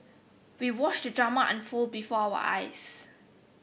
we watched the drama unfold before our eyes